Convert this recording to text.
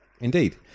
Indeed